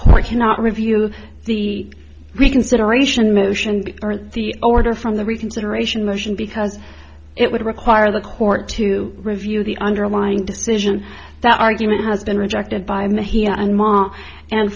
court cannot review the reconsideration motion earth the order from the reconsideration motion because it would require the court to review the underlying decision that argument has been rejected by